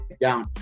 down